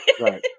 Right